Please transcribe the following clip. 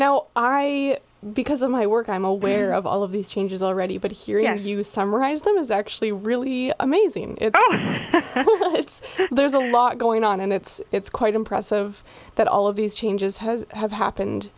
now because of my work i'm aware of all of these changes already but here as you summarize them is actually really amazing so it's there's a lot going on and it's it's quite impressive that all of these changes has have happened